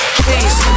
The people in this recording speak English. please